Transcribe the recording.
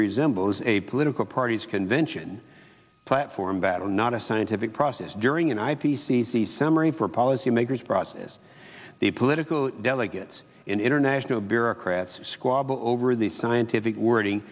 resembles a political party's convention platform battle not a scientific process during an i p c c summary for policymakers process the political delegates international bureaucrats squabble over the scientific wording